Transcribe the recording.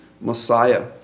Messiah